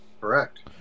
Correct